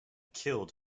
killed